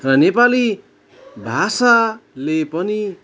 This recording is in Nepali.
र नेपाली भाषाले पनि